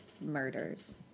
murders